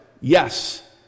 Yes